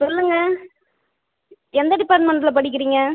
சொல்லுங்கள் எந்த டிப்பார்ட்மெண்ட்டில் படிக்கிறீங்க